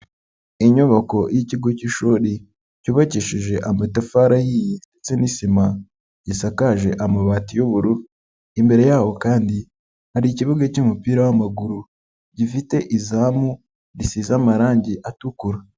Inyubako y'ikigo cy'ishuri cyubakishije amatafari ahiye ndetse n'isima, gisakaje amabati y'ubururu, imbere yaho kandi hari ikibuga cy'umupira w'amaguru gifite izamu risize amarangi atukura.